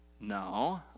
No